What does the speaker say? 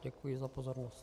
Děkuji za pozornost.